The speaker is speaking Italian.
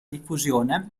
diffusione